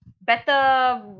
better